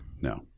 No